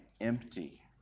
empty